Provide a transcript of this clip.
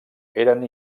eren